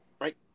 right